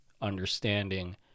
understanding